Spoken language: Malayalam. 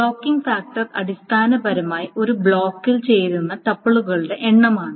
ബ്ലോക്കിങ് ഫാക്ടർ അടിസ്ഥാനപരമായി ഒരു ബ്ലോക്കിൽ ചേരുന്ന ട്യൂപ്പുകളുടെ എണ്ണമാണ്